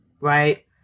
right